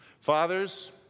Fathers